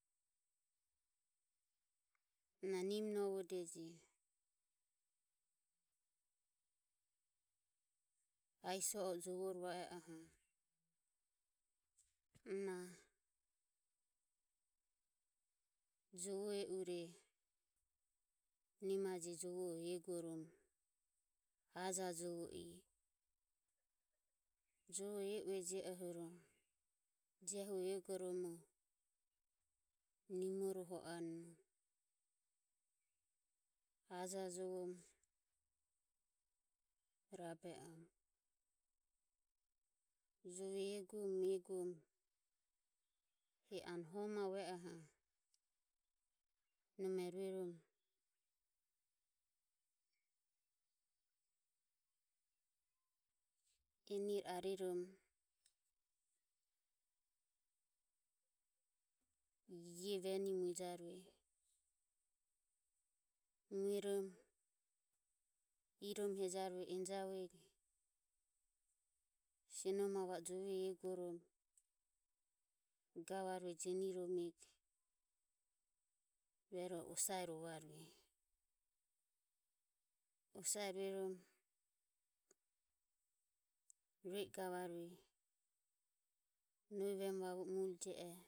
Na nimonovodeje. Aiso o jovore va e oho na jovo e u re nimajeje jovoho eguoromo ajajovo i jove e ue jie ohuro je eguoromo nimoroho anue ajajovoromo rabe anue jove eguemu eguemu he anue homave oho nome rueromo enire ari romo ie venire muejarueje. Mueromo iromo hejarueje enijavugo siono maho va o jove eguoromo gavarue jeniromego rueroho osare rovarueje. Osare rueromo rue i gavarueje nohi vemu vavue mure jie ero